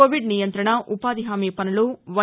Covid నియంత్రణ ఉపాధిహామి పనులు వై